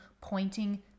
pointing